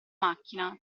macchina